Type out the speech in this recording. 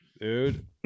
Dude